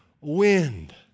wind